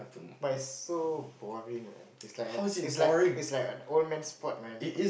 but it's so boring man it's like it's like it's like an old man sport man